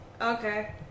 Okay